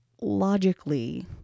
logically